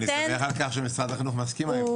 אני שמח על כך שמשרד החינוך מסכים לכך,